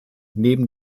neben